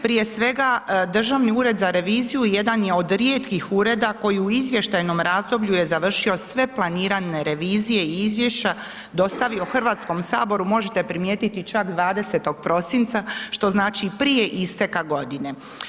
Prije svega Državni ured za reviziju jedan je od rijetkih ureda koji u izvještajnom razdoblju je završio sve planirane revizije i izvješća dostavio Hrvatskom saboru, možete primijetiti čak 20. prosinca, što znači i prije isteka godine.